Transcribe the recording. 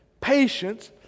patience